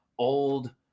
Old